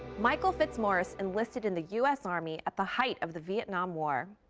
michael fitzmaurice enlisted in the us army at the height of the vietnam war.